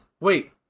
wait